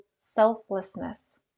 selflessness